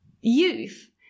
youth